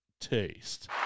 taste